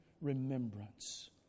remembrance